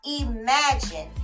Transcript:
Imagine